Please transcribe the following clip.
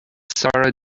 sarah